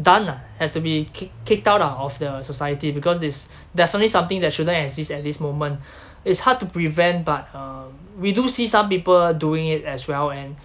done lah has to be kic~ kicked out lah of the society because this is definitely something that shouldn't exist at this moment it's hard to prevent but uh we do see some people doing it as well and